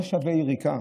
לא שווה יריקה,